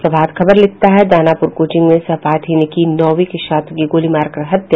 प्रभात खबर लिखता है दानापुर कोचिंग में सहपाठी ने की नौवीं की छात्र को गोली मारकर हत्या